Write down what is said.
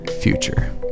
future